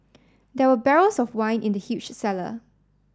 there were barrels of wine in the huge cellar